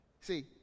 See